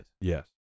Yes